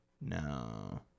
No